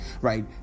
right